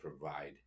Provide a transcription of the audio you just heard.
provide